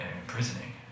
imprisoning